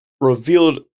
revealed